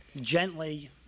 gently